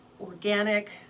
organic